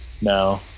no